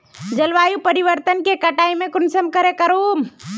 जलवायु परिवर्तन के कटाई में कुंसम करे करूम?